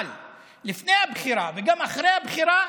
אבל לפני הבחירה וגם אחרי הבחירה,